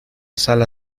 sala